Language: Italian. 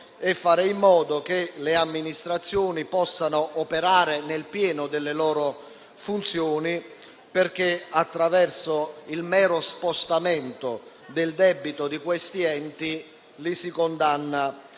e fare in modo che le amministrazioni possano operare nel pieno delle loro funzioni, perché attraverso il mero spostamento del debito di questi enti, li si condanna